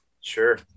Sure